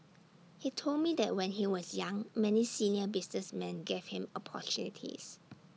he told me that when he was young many senior businessman gave him opportunities